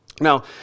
Now